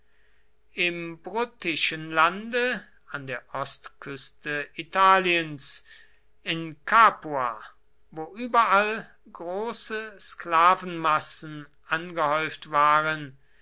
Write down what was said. im bruttischen lande an der ostküste italiens in capua wo überall große sklavenmassen angehäuft waren